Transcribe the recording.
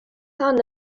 son